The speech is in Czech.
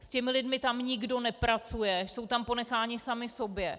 S těmi lidmi tam nikdo nepracuje, jsou tam ponecháni sami sobě.